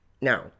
Now